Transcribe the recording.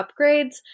upgrades